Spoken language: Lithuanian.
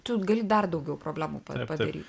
tu gali dar daugiau problemų pa padaryt